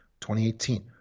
2018